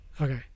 Okay